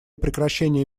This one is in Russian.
прекращения